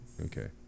Okay